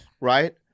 right